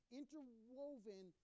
interwoven